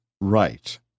right